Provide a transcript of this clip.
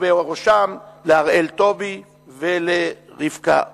ובראשם להראל טובי ולרבקה רביץ.